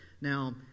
Now